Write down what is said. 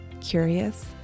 curious